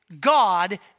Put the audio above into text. God